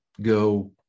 go